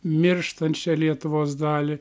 mirštančią lietuvos dalį